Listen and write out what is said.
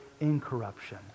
incorruption